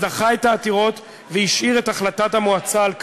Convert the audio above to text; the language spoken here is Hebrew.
בג"ץ דחה את העתירות והשאיר את החלטת המועצה על כנה.